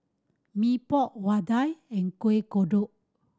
Mee Pok vadai and Kuih Kodok